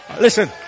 Listen